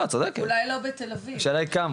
לא, את צודקת אבל השאלה היא כמה.